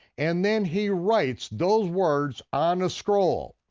and then he writes those words on a scroll.